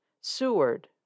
Seward